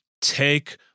Take